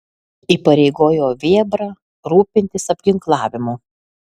įpareigojo vėbrą rūpintis apginklavimu